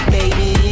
Baby